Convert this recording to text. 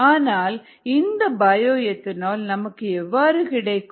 ஆனால் இந்த bio ethanol நமக்கு எவ்வாறு கிடைக்கும்